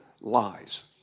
lies